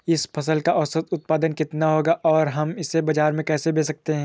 इस फसल का औसत उत्पादन कितना होगा और हम इसे बाजार में कैसे बेच सकते हैं?